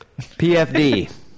PFD